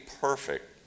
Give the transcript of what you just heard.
perfect